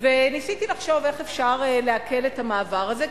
ניסיתי לחשוב איך ניתן להקל את המעבר הזה,